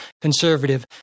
conservative